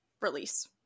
release